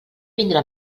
vindre